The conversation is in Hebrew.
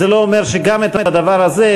זה לא אומר שגם את הדבר הזה,